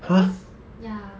because ya